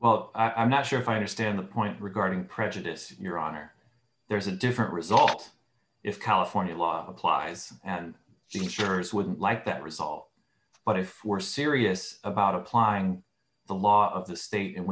well i'm not sure if i understand the point regarding prejudice your honor there's a different result if california law applies an insurance wouldn't like that result but if we're serious about applying the law of the state in